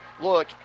look